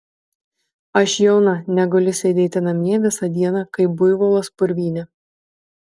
aš jauna negaliu sėdėti namie visą dieną kaip buivolas purvyne